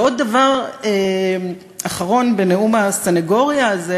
ועוד דבר אחרון בנאום הסנגוריה הזה